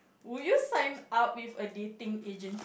would you sign up with a dating agent